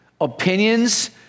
Opinions